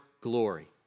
glory